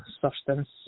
substance